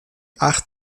acht